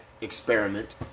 experiment